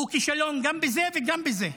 הוא כישלון גם בזה וגם בזה.